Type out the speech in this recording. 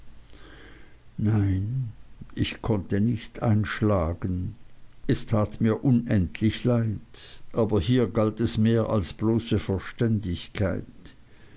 nein ich konnte nicht einschlagen es tat mir unendlich leid aber hier galt es mehr als bloße verständigkeit